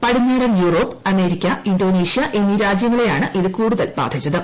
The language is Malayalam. പടിഞ്ഞാറൻ യൂറോപ്പ് അമേരിക്ക ഇന്തോനേഷ്യ എന്നീ രാജ്യങ്ങളെയാണ് ഇത് കൂടുതൽ ബാധിച്ചത്